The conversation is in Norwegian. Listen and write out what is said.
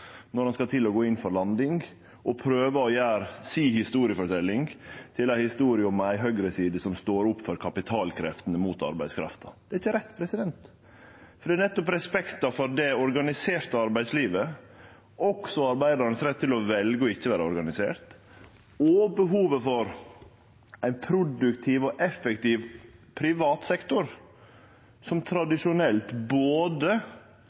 når han skal til å gå inn for landing og prøver å gjere si historieforteljing til ei historie om ei høgreside som står opp for kapitalkreftene mot arbeidskrafta. Det er ikkje rett, for det er nettopp respekten for det organiserte arbeidslivet – også arbeidaranes rett til å velje ikkje å vere organiserte – og behovet for ein produktiv og effektiv privat sektor som tradisjonelt både